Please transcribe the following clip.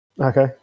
Okay